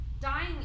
Dying